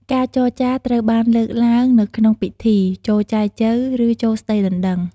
ការចរចារត្រូវបានលើកឡើងនៅក្នុងពិធី ចូលចែចូវ ឬ ចូលស្តីដណ្តឹង។